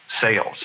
sales